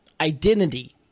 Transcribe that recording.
Identity